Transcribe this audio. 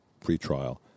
pretrial